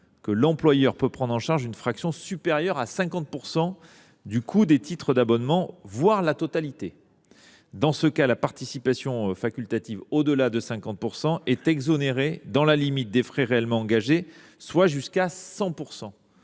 à l’employeur de prendre en charge une fraction supérieure à 50 % du coût des titres d’abonnement, voire la totalité. Dans ce cas, la participation facultative – au delà de 50 %– est exonérée, dans la limite des frais réellement engagés, soit jusqu’à 100 %.